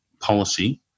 policy